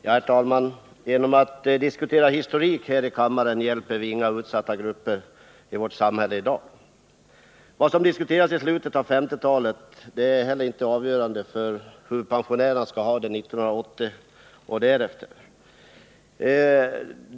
Herr talman! Genom att diskutera historik här i kammaren hjälper vi inga utsatta grupper i vårt samhälle i dag. Vad som diskuterades i slutet av 1950-talet är heller inte avgörande för hur pensionärerna skall ha det 1980 och därefter.